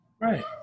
Right